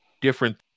different